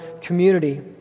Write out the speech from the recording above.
community